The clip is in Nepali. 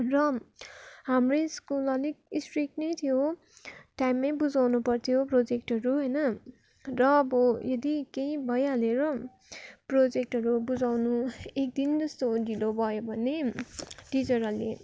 र हाम्रो स्कुल अलिक स्ट्रिक नै थियो टाइममै बुझाउनु पर्थ्यो प्रेजेक्टहरू होइन र अब यदि केही भइहालेर प्रोजेक्टहरू बुझाउनु एक दिन जस्तो ढिलो भयो भने टिचरहरूले